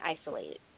isolated